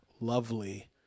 lovely